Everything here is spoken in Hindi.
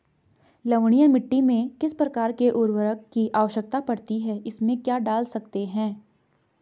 लवणीय मिट्टी में किस प्रकार के उर्वरक की आवश्यकता पड़ती है इसमें क्या डाल सकते हैं?